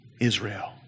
Israel